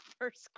first